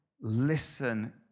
listen